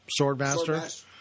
Swordmaster